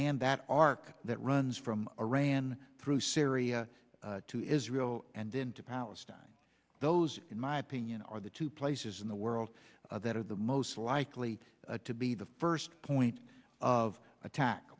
and that arc that runs from a ran through syria to israel and then to palestine those in my opinion are the two places in the world that are the most likely to be the first point of attack